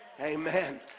Amen